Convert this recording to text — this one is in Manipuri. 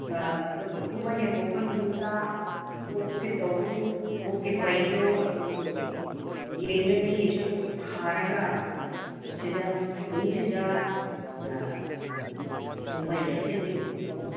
ꯑꯩꯈꯣꯏꯒꯤ ꯀꯨꯝꯍꯩ ꯍꯧꯕ ꯅꯨꯃꯤꯠꯇ ꯑꯣꯛꯁꯦ ꯇꯧꯒꯅꯤ ꯑꯣꯛꯀꯤ ꯄꯩꯗꯨ ꯑꯩꯈꯣꯏꯒꯤ ꯌꯦꯡꯒꯅꯤ ꯏꯁꯣꯔꯗ ꯊꯥꯔꯒ ꯑꯁꯤꯗ ꯈꯨꯟꯁꯤꯗ ꯀꯨꯝꯍꯩ ꯑꯁꯤ